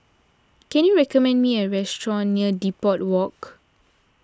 can you recommend me a restaurant near Depot Walk